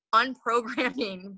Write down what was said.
unprogramming